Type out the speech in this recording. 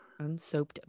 Unsoaped